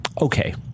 Okay